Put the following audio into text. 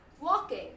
walking